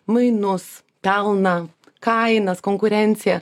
mainus pelną kainas konkurenciją